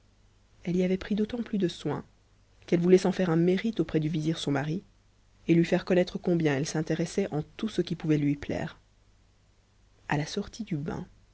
elle y avait pris d'autant plus de soin qu'elle voulait s'en faire un mérite auprès du vizir son mari et lui faire connaître combien elle s'intéressait en tout ce qui pouvait lui plaire a la sortie du bain